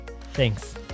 Thanks